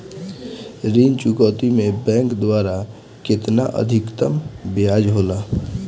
ऋण चुकौती में बैंक द्वारा केतना अधीक्तम ब्याज होला?